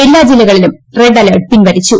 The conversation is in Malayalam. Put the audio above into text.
എല്ലാ ജില്ലകളിലും റെഡ് അലേർട്ട് പിൻവലിച്ചു